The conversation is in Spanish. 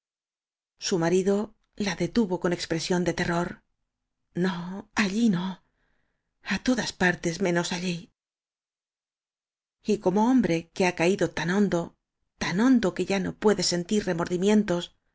su marido la detuvo con expresión de te rror no allí no a todas partes menos allí y como hombre que ha caído tan hondo tan hondo que ya no puede sentir remordimientos